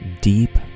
Deep